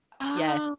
Yes